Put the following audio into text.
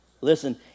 Listen